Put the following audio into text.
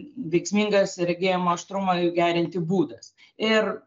veiksmingas regėjimo aštrumą gerinti būdas ir